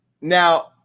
Now